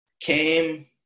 came